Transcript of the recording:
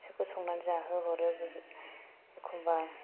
बिसोरखौ संनानै जाहोहरो एखम्बा